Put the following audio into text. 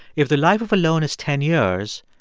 if the life of a loan is ten years,